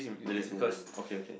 okay okay